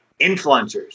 influencers